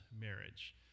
marriage